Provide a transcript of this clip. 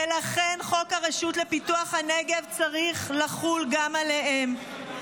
ולכן חוק הרשות לפיתוח הנגב צריך לחול גם עליהם.